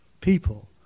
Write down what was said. people